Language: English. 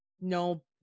no